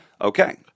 Okay